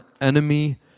enemy